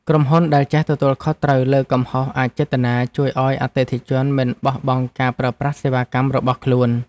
ក្រុមហ៊ុនដែលចេះទទួលខុសត្រូវលើកំហុសអចេតនាជួយឱ្យអតិថិជនមិនបោះបង់ការប្រើប្រាស់សេវាកម្មរបស់ខ្លួន។